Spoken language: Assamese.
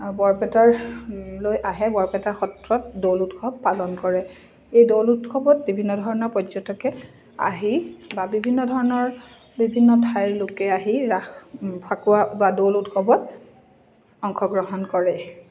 বৰপেটালৈ আহে বৰপেটাৰ সত্ৰত দৌল উৎসৱ পালন কৰে এই দৌল উৎসৱত বিভিন্ন ধৰণৰ পৰ্যটকে আহি বা বিভিন্ন ধৰণৰ বিভিন্ন ঠাইৰ লোকে আহি ৰাস ফাকুৱা বা দৌল উৎসৱত অংশগ্ৰহণ কৰে